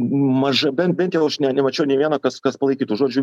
maža bent bent jau aš nemačiau nė vieno kas kas palaikytų žodžiu